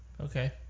Okay